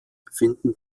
finden